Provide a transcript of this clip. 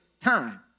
time